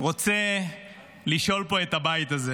רוצה לשאול פה את הבית הזה: